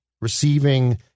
receiving